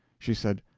she said,